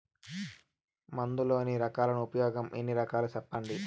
మందులలోని రకాలను ఉపయోగం ఎన్ని రకాలు? సెప్పండి?